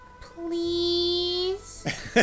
please